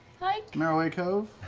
like marrowway cove?